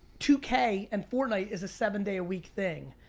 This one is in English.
two k and fortnite is a seven day a week thing.